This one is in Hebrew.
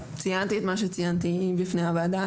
ציינתי את מה שציינתי, אם בפני הוועדה.